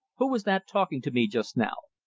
who was that talking to me just now?